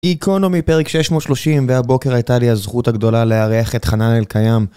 גיקונומי פרק 630, והבוקר הייתה לי הזכות הגדולה להארח את חנן אלקיים.